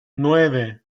nueve